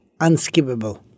unskippable